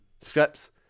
scripts